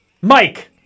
Mike